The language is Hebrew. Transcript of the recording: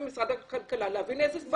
אם עברו שישה חודשים ולא נתתם תשובה,